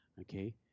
okay